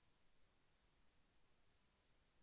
అధిక వర్షాలు తట్టుకునే శక్తి ఏ నేలలో ఉంటుంది?